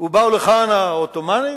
ובאו לכאן העות'מאנים,